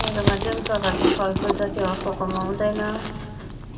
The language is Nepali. मेरोमा जुन प्रकारको फलफुल छ त्यो अर्कोकोमा हुँदैन